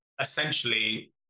essentially